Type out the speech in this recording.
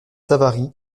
savary